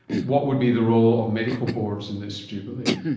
what would be the role of medical boards in this, do you believe?